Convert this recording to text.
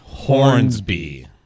Hornsby